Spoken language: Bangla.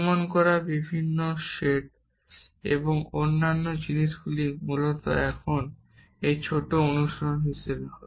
অনুমান করার নিয়মের বিভিন্ন সেট এবং অন্যান্য জিনিসগুলি মূলত এখন একটি ছোট অনুশীলন হিসাবে